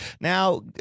Now